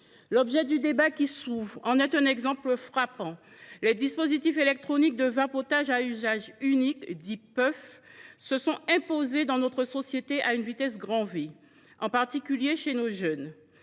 L’objet du débat qui s’ouvre en est un exemple frappant. Les dispositifs électroniques de vapotage à usage unique, dits puffs, se sont imposés dans notre société à une vitesse grand V, en particulier chez nos jeunes